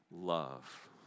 love